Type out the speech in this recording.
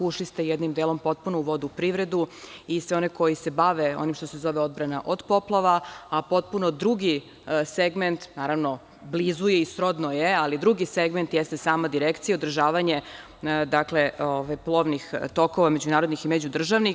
Ušli ste jednim delom potpuno u vodnu privredu i sve one koji se bave onim što se zove odbrana od poplava, a potpuno drugi segment, naravno, blizu je i srodno je, ali drugi segment jeste sama Direkcija i održavanje plovnih tokova međunarodnih i međudržavnih.